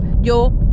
yo